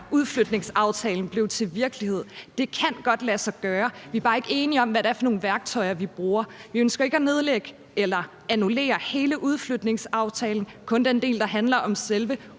udflytningsaftalen blev til virkelighed. Det kan godt lade sig gøre, men vi er bare ikke enige om, hvad det er for nogle værktøjer, vi bruger. Vi ønsker ikke at annullere hele udflytningsaftalen, kun den del, der handler om selve